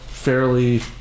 fairly